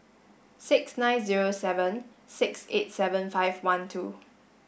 six nine zero seven six eight seven five one two